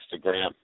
Instagram